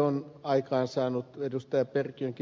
on aikaansaanut ed